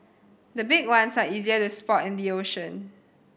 the big ones are easier to spot in the ocean